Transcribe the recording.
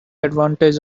advantage